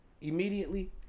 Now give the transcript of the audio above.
immediately